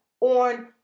on